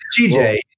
GJ